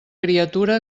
criatura